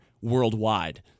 worldwide